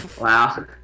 Wow